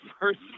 first